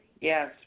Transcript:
Yes